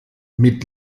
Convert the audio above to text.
mit